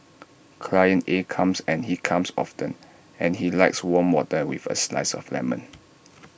client A comes and he comes often and he likes warm water with A slice of lemon